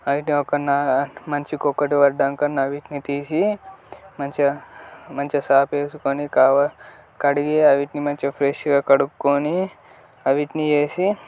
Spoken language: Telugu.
మనిషి కొక్కటి పడ్డంకన్నా అవిటిని తీసి మంచిగా మంచిగా చాపేసుకొని కావ కడిగి అవిటిని మంచిగా ఫ్రెష్గా కడుక్కొని అవిటిని వేసి